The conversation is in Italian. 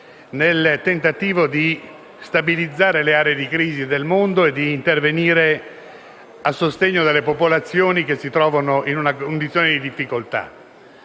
nel tentativo di stabilizzare le aree di crisi del mondo e di intervenire a sostegno delle popolazioni che si trovano in una condizione di difficoltà.